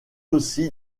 aussi